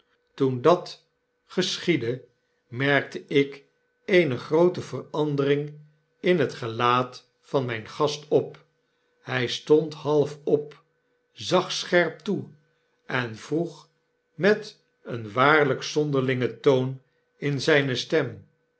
toen dat geschiedde merkte ik eene groote verandering in het gelaat van mijn gast op hij stond half op zag scherp toe en vroeg met een waarlgk zonderlingen toon in zjjne stem